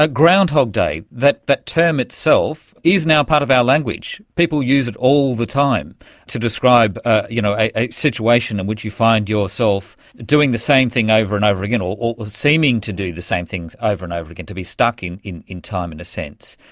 ah groundhog day, that but term itself is now part of our language, people use it all the time to describe ah you know a a situation in which you find yourself doing the same thing over and over again or or seeming to do the same things over and over again, to be stuck in in time, in a sense.